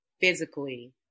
physically